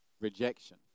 Rejection